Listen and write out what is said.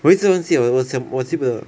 我一直忘记我想我一直记不到